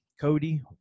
cody